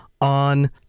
on